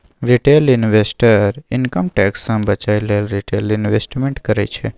retail investor income tax सँ बचय लेल रिटेल इंवेस्टमेंट करय छै